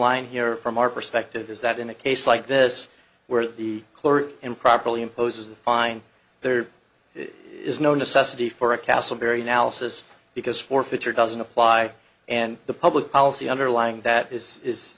line here from our perspective is that in a case like this where the clerk improperly imposes the fine there it is no necessity for a casselberry now says because forfeiture doesn't apply and the public policy underlying that is is